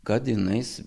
kad jinais